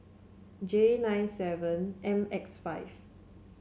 J nine seven M X five